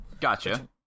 Gotcha